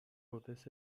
برس